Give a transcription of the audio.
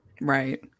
right